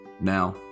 Now